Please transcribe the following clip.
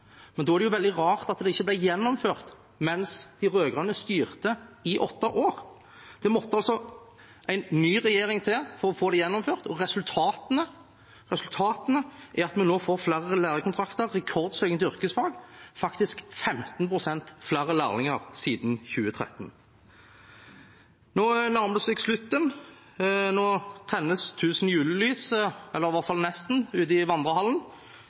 men da er det veldig rart at det ikke ble gjennomført mens de rød-grønne styrte i åtte år. Det måtte altså en ny regjering til for å få det gjennomført. Resultatet er at vi nå får flere lærekontrakter, rekordsøking til yrkesfag og 15 pst. flere lærlinger siden 2013. Nå nærmer det seg slutten. Nå tennes tusen julelys, eller i hvert fall nesten, ute i vandrehallen.